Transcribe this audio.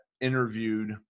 interviewed